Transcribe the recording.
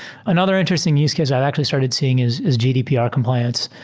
another interesting use case i've actually started seeing is is gdpr compliance,